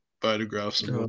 photographs